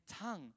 tongue